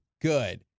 good